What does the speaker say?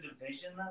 division